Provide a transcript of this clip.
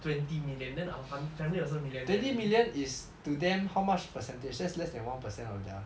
twenty million then our fun family also millionaire already